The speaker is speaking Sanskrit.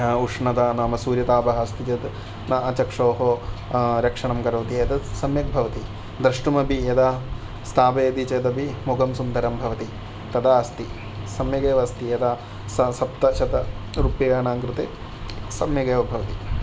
उष्णता नाम सूर्यतापः अस्ति चेत् न चक्षोः रक्षणं करोति एतत् सम्यक् भवति द्रष्टुमपि यदा स्थापयति चेत् अपि मुखं सुन्दरं भवति तथा अस्ति स्मयगेव अस्ति यदा सप्तशतरूप्यकाणां कृते सम्यगेव भवति